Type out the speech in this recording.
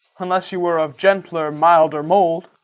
unless you were of gentler, milder mould.